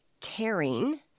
Caring